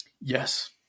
Yes